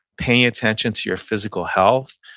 paying attention to your physical health.